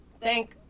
thank